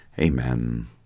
amen